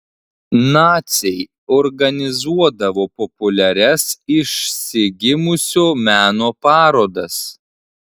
naciai organizuodavo populiarias išsigimusio meno parodas